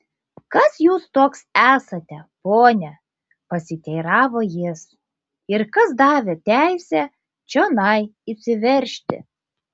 kas jūs toks esate pone pasiteiravo jis ir kas davė teisę čionai įsiveržti